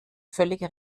völlig